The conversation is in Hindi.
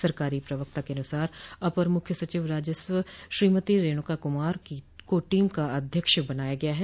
सरकारी प्रवक्ता के अनुसार अपर मुख्य सचिव राजस्व श्रीमती रेणुका कुमार को टीम का अध्यक्ष बनाया गया है